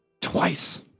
twice